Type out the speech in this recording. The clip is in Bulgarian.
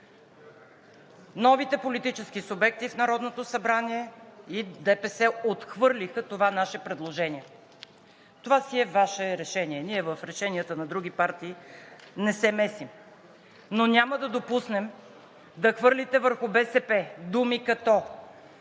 Новите политически субекти в Народното събрание и ДПС отхвърлиха това наше предложение. Това си е Ваше решение. Ние в решенията на други партии не се месим, но няма да допуснем да хвърлите върху БСП думи като: